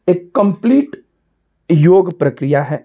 एक कम्प्लीट योग प्रक्रिया है